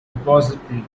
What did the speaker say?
repository